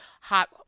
Hot